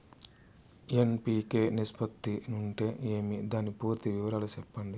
NPK నిష్పత్తి అంటే ఏమి దాని పూర్తి వివరాలు సెప్పండి?